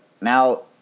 now